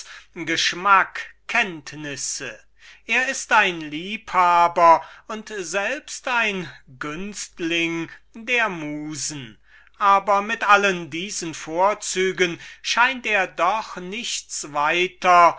geschmack und wissenschaft er ist ein liebhaber und ein günstling der musen aber mit allen diesen vorzügen ist er doch nichts weiter